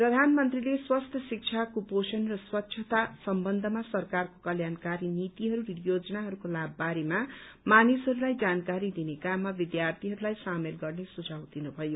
प्रधानमन्त्रीले स्वास्थ्य शिक्षा कुपोषण र स्वच्छता सम्बन्धमा सरकारको कल्याणकारी नीतिहरू र योजनारूको लाभ बारेमा मानिसहरूलाई जानकारी दिने काममा विद्यार्थीहरूलाई सामेल सुझाव दिनुभयो